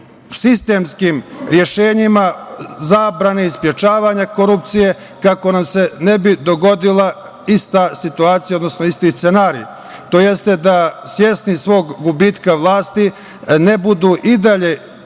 sistemskim rešenjima zabrane i sprečavanja korupcije, kako nam se ne bi dogodila ista situacija, odnosno isti scenario, tj. da svesni svog gubitka vlasti ne budu i dalje